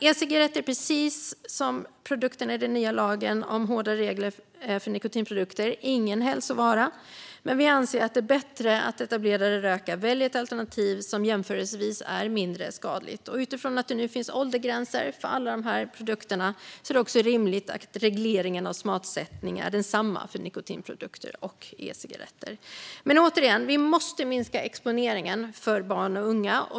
E-cigaretter är precis som produkterna i den nya lagen om hårdare regler för nikotinprodukter ingen hälsovara, men vi anser att det är bättre att etablerade rökare väljer ett alternativ som jämförelsevis är mindre skadligt. Utifrån att det nu finns åldersgränser för alla dessa produkter är det också rimligt att regleringen av smaksättning är densamma för nikotinprodukter och e-cigaretter. Men återigen: Vi måste minska exponeringen för barn och unga.